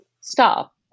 stop